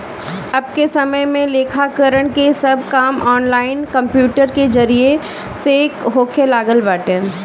अबके समय में लेखाकरण के सब काम ऑनलाइन कंप्यूटर के जरिया से होखे लागल बाटे